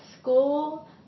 school